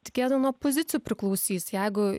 tikėtina nuo pozicijų priklausys jeigu